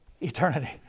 eternity